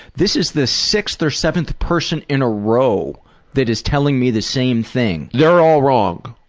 this is the sixth or seventh person in a row that is telling me the same thing. they're all wrong.